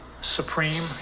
supreme